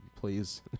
please